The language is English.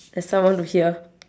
there's someone to hear